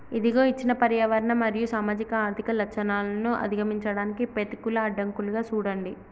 ఇదిగో ఇచ్చిన పర్యావరణ మరియు సామాజిక ఆర్థిక లచ్చణాలను అధిగమించడానికి పెతికూల అడ్డంకులుగా సూడండి